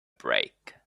break